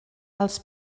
els